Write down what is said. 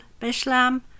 Bishlam